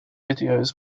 videos